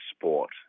sport